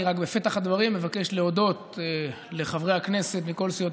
אני רק בפתח הדברים מבקש להודות לחברי הכנסת מכל סיעות